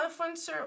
influencer